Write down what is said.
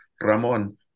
Ramon